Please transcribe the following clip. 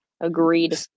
Agreed